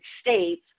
States